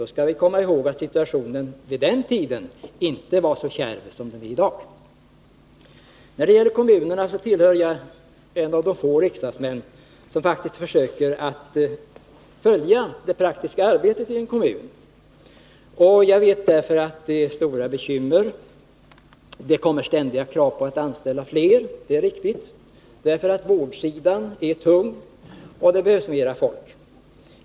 Då skall vi komma ihåg att situationen vid den tiden inte var så kärv som den är i dag. När det gäller kommunerna tillhör jag en av de få riksdagsmän som faktiskt försöker att följa det praktiska arbetet i en kommun. Jag vet därför att det är stora bekymmer i kommunerna. Det kommer ständigt krav på att vi skall anställa fler — det är riktigt. Vårdsidan är ju tung, och det behövs fler anställda.